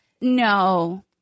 No